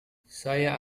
saya